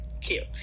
cute